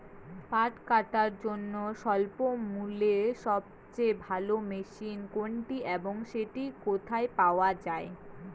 পাট কাটার জন্য স্বল্পমূল্যে সবচেয়ে ভালো মেশিন কোনটি এবং সেটি কোথায় পাওয়া য়ায়?